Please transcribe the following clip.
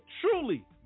truly